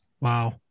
wow